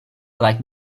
like